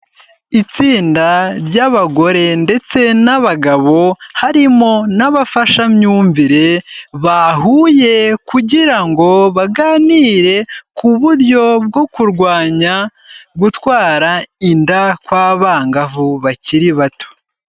Itsinda ry'abagore ndetse n'abagabo, harimo n'abafashamyumvire, bahuye kugira ngo baganire ku buryo bwo kurwanya, gutwara inda kw'abangavu bakiri bato.